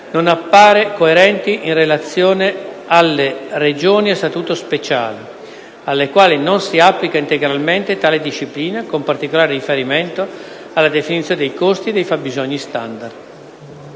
non appare coerente in relazione alle Regioni a statuto speciale, alle quali non si applica integralmente tale disciplina, con particolare riferimento alla definizione dei costi e dei fabbisogni standard;